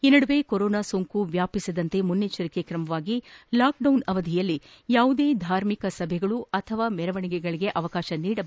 ಈ ನಡುವೆ ಕೊರೊನಾ ಸೋಂಕು ವ್ಯಾಪಿಸದಂತೆ ಮುನ್ನೆಚ್ಚರಿಕೆ ತ್ರಮವಾಗಿ ಲಾಕ್ಡೌನ್ ಅವಧಿಯಲ್ಲಿ ಯಾವುದೇ ಧಾರ್ಮಿಕ ಸಭೆಗಳು ಮತ್ತು ಮೆರವಣಿಗೆಗಳಿಗೆ ಅವಕಾಶ ನೀಡಬಾರದು